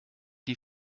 die